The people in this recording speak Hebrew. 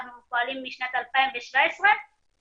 אנחנו פועלים משנת 2017 כשבתוכנית